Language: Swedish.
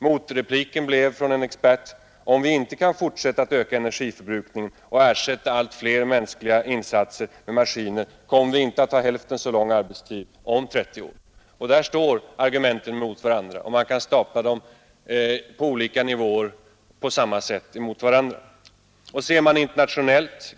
Motrepliken blev från en expert: ”Om vi inte kan fortsätta att öka energiförbrukningen och ersätta alltflera mänskliga insatser med maskiner, kommer vi inte att ha hälften så lång arbetstid om 30 år.” Där står argumenten mot varandra, och man kan stapla andra liknande argument på samma sätt mot varandra.